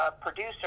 producer